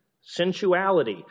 sensuality